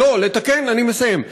אני מסיים.